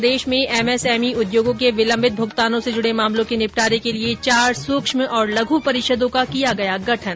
प्रदेश में एमएसएमई उद्योगों के विलंबित भुगतानों से जुड़े मामलों के निपटारे के लिए चार सूक्ष्म और लघु परिषदों का किया गया गठन